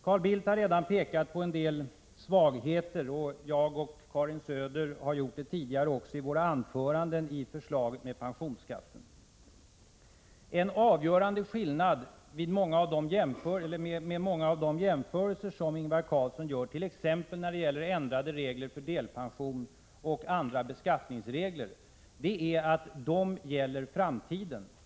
Carl Bildt har redan pekat på en del svagheter i förslaget om pensionsskatten, och jag och Karin Söder har gjort det tidigare och även i våra anföranden under dagens debatt. En avgörande skillnad i förhållande till många av de jämförelser som Ingvar Carlsson gör, t.ex. i fråga om ändrade regler för delpension och andra beskattningsregler, är att dessa regler gäller framtiden.